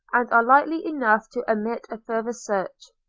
and are likely enough to omit a further search.